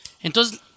Entonces